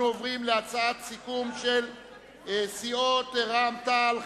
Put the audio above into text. אנחנו עוברים להצעת סיכום של סיעות רע"ם-תע"ל,